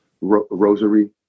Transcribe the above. rosary